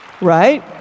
right